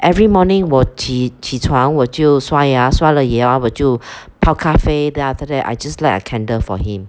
every morning 我起起床我就刷牙刷了牙我就泡咖啡 then after that I just light a candle for him